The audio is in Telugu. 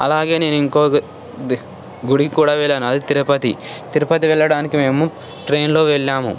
అలాగే నేను ఇంకో గుడికి కూడా వెళ్లాను అది తిరుపతి తిరుపతి వెళ్లడానికి మేము ట్రైన్లో వెళ్ళాము